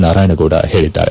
ನಾರಾಯಣಗೌಡ ಹೇಳಿದ್ದಾರೆ